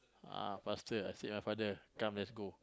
ah faster I said my father come let's go